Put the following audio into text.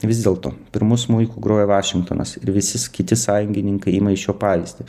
vis dėlto pirmu smuiku groja vašingtonas ir visi s kiti sąjungininkai ima iš jo pavyzdį